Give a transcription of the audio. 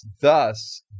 Thus